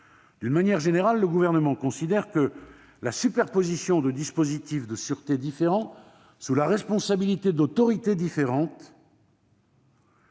D'une manière générale, le Gouvernement considère que la superposition de dispositifs de sûreté différents, sous la responsabilité d'autorités différentes,